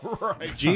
Right